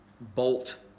bolt